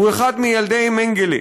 הוא אחד מילדי מנגלה.